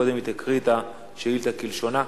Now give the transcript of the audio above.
קודם היא תקריא את השאילתא כלשונה.